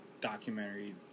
documentary